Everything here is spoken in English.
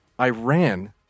Iran